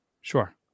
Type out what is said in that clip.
Sure